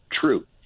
True